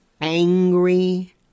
angry